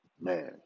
Man